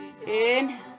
Inhale